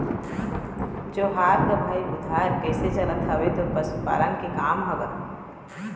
जोहार गा भाई बुधार कइसे चलत हवय तोर पशुपालन के काम ह गा?